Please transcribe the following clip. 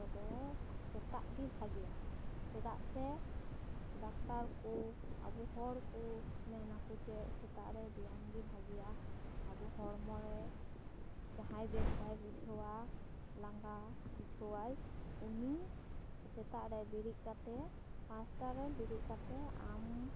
ᱚᱠᱛᱚ ᱫᱚ ᱥᱮᱛᱟᱜ ᱜᱮ ᱵᱷᱟᱜᱮᱭᱟ ᱪᱮᱫᱟᱜ ᱥᱮ ᱰᱟᱠᱛᱟᱨ ᱠᱚ ᱟᱵᱚ ᱦᱚᱲ ᱠᱚ ᱢᱮᱱᱟᱠᱚ ᱡᱮ ᱥᱮᱛᱟᱜ ᱨᱮ ᱵᱮᱭᱟᱢ ᱜᱮ ᱵᱷᱟᱜᱮᱭᱟ ᱟᱵᱚ ᱦᱚᱲᱢᱚ ᱨᱮ ᱡᱟᱦᱟᱸᱭ ᱵᱮᱥ ᱵᱟᱭ ᱵᱩᱡᱷᱟᱹᱣᱟ ᱞᱟᱜᱟ ᱵᱩᱡᱷᱟᱹᱣᱟᱭ ᱩᱱᱤ ᱥᱮᱛᱟᱜ ᱨᱮ ᱵᱮᱨᱮᱫ ᱠᱟᱛᱮ ᱯᱟᱸᱪᱴᱟ ᱵᱮᱨᱮᱫ ᱠᱟᱛᱮ ᱟᱢ